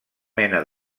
mena